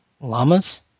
Llamas